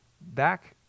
Back